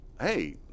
hey